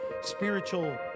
Spiritual